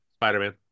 Spider-Man